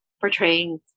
portraying